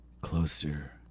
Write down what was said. closer